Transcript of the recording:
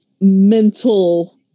mental